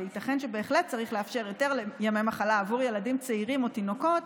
וייתכן שבהחלט צריך לאפשר ימי מחלה בעבור ילדים צעירים או תינוקות,